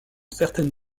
certaines